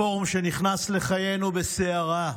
הפורום שנכנס לחיינו בסערה,